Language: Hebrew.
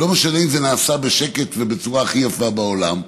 ולא משנה אם זה נעשה בשקט ובצורה הכי יפה בעולם,